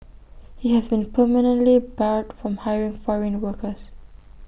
he has been permanently barred from hiring foreign workers